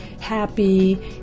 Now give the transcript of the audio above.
happy